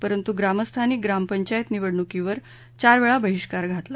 परंतू ग्रामस्थांनी ग्रामपंचायत निवडणूकीवर तब्बल चार वेळा बहिष्कार घातला